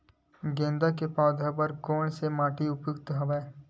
गेंदा के पौधा बर कोन से माटी उपयुक्त हवय?